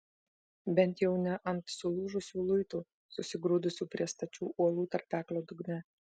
bent jau ne ant sulūžusių luitų susigrūdusių prie stačių uolų tarpeklio dugne